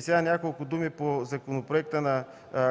Сега няколко думи по законопроекта на